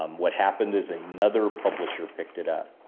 um what happened is another publisher picked it up.